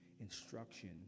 instruction